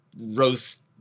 roast